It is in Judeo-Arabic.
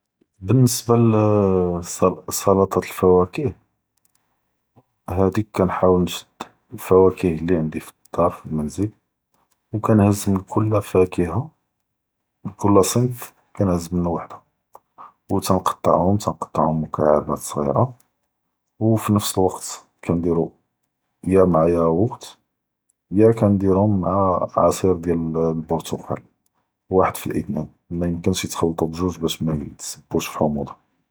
באלניסבה לסלטת אלפוואכ’, הד’יק כנהט’ול נשד אלפוואכ’ת לי ענדי פ לדאר פ למןזל, ו כנהז מן קול פוואכ’ה, קול סנאף כנהז מנו וואחדה, ו תנקטעום תנקטעום מקעבות סג’ירה, ו פי נאפס אלוווקט כנדירו יא מע יוגורט, יא כנדירום מע ע’סיר דיאל אלברתקאל, וואחד פאלאת’נן, מימכ’נש יתחל’טו בזוג באש מא יתסבוש פ אלח’מודה.